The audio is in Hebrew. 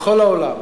בכל העולם,